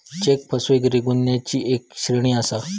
check फसवेगिरी गुन्ह्यांची एक श्रेणी आसा